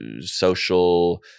social